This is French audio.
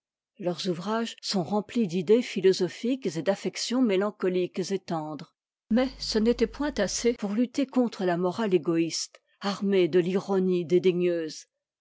leurs ouvrages sont remplis d'idées philosophiques et d'affections mélancoliques et tendres mais ce n'était point assez pour lutter contre la morale égo ste armée de l'ironie